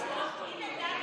תפסיק.